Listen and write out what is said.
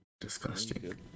disgusting